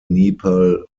nepal